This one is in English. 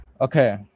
okay